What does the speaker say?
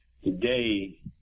Today